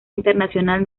internacional